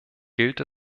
gilt